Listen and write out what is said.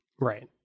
Right